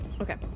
Okay